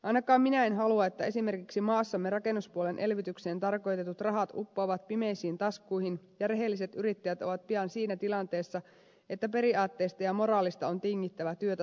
ainakaan minä en halua että maassamme esimerkiksi rakennuspuolen elvytykseen tarkoitetut rahat uppoavat pimeisiin taskuihin ja rehelliset yrittäjät ovat pian siinä tilanteessa että periaatteesta ja moraalista on tingittävä työtä saadakseen